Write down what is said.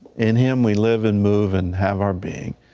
in him we live and move and have our being.